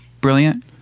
brilliant